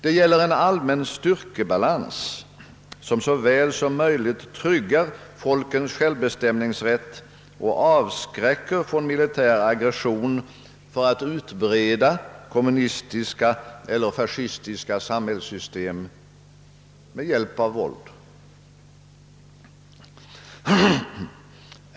Det gäller en allmän styrkebalans som så väl som möjligt tryggar folkens självbestämningsrätt och avskräcker från militär agression för att utbreda kommunistiska el ler fascistiska med hjälp av våld.